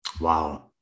Wow